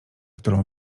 którą